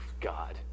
God